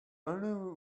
only